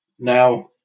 Now